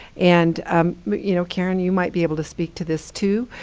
and um you know karen, you might be able to speak to this too,